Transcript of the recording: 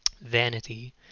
vanity